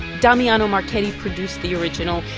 damiano marchetti produced the original.